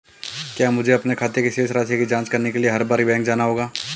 क्या मुझे अपने खाते की शेष राशि की जांच करने के लिए हर बार बैंक जाना होगा?